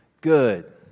good